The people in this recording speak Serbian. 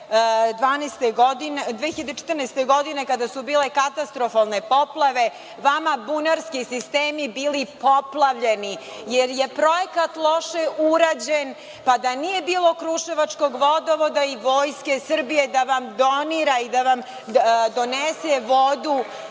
2014. godine, kada su bile katastrofalne poplave, vama bunarski sistemi bili poplavljeni, jer je projekat loše urađen. Da nije bilo kruševačkog vodovoda i Vojske Srbije da vam donira i da vam donese vodu